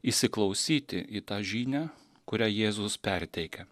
įsiklausyti į tą žinią kurią jėzus perteikia